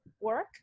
work